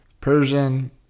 Persian